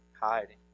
hiding